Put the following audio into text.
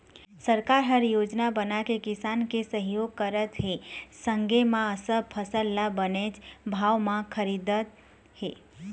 सरकार ह योजना बनाके किसान के सहयोग करत हे संगे म सब फसल ल बनेच भाव म खरीदत हे